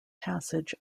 passage